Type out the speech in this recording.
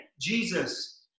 Jesus